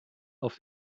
auf